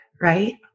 right